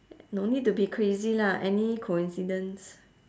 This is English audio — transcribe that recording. no need to be crazy lah any coincidence